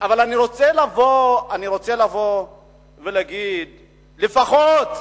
אני רוצה לבוא ולהגיד לפחות,